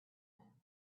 them